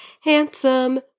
handsome